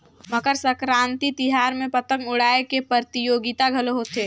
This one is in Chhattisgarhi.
मकर संकरांति तिहार में पतंग उड़ाए के परतियोगिता घलो होथे